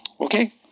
Okay